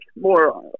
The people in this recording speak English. more